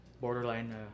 borderline